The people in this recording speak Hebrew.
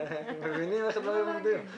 ומבינים איך הדברים עובדים.